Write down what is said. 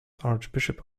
archbishop